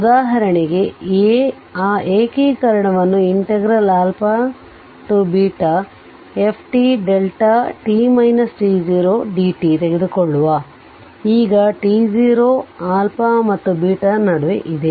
ಉದಾಹರಣೆಗೆ ಆ ಏಕೀಕರಣವನ್ನು fdt ತೆಗೆದುಕೊಳ್ಳುವ ಈಗ t0 ಮತ್ತು ನಡುವೆ ಇದೆ